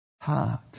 heart